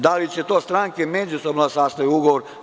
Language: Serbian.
Da li će to stranke međusobno da sastavljaju ugovore?